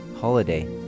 Holiday